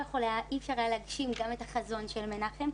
אי אפשר היה להגשים גם את החזון של מנחם.